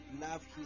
love